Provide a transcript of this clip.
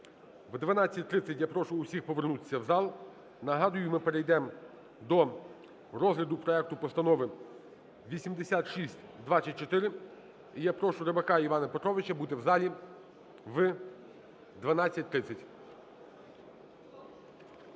О 12:30 я прошу всіх повернутися в зал. Нагадую, ми перейдемо до розгляду проекту Постанови 8624. І я прошу Рибака Івана Петровича бути в залі о 12:30.